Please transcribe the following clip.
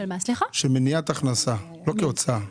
לא כהוצאה.